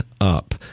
up